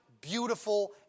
beautiful